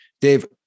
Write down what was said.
dave